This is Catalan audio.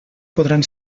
podran